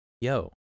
yo